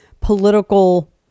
political